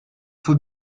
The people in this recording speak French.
faut